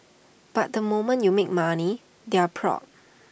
but the moment you make money they're proud